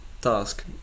task